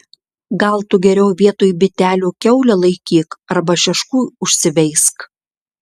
gal tu geriau vietoj bitelių kiaulę laikyk arba šeškų užsiveisk